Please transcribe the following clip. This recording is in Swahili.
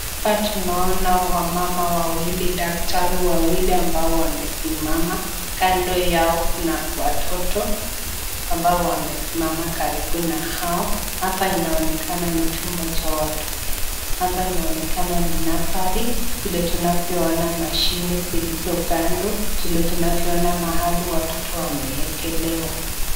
Hapa tunaona wamama wawili, daktari wawili ambao wamesimama, kando yao kuna watoto ambao wamesimama karibu na hao, hapa inaonekana ni chumba cha watoto, hapa inaonekana ni nursery vile tunavyoona mashine zilizo kando, vile tunavyoona mahali watoto wameekelewa.